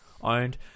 owned